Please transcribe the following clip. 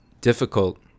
difficult